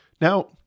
Now